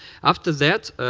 after that,